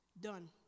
Done